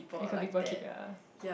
we call people ya